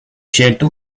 scelto